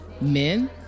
men